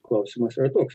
klausimas yra toks